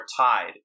tied